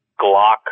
Glock